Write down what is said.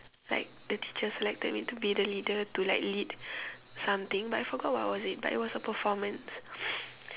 like the teachers selected me to be the leader to like lead something but I forgot what was it but it was a performance